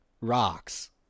rocks